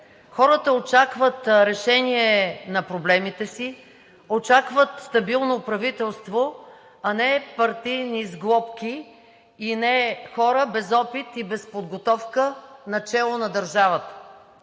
Хората очакват решение на проблемите си, очакват стабилно правителство, а не партийни сглобки и не хора без опит, и без подготовка начело на държавата.